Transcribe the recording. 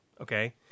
Okay